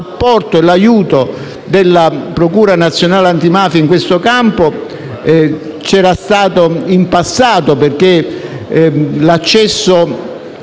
l'aiuto della Procura nazionale antimafia in questo campo c'era stato in passato. Devo dire che l'accesso